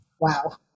Wow